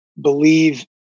Believe